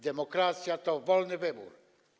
Demokracja to wolny wybór.